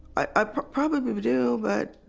ah probably do but